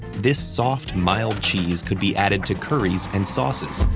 this soft mild cheese could be added to curries and sauces,